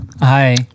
Hi